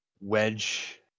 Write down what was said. Wedge